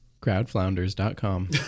Crowdflounders.com